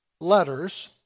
letters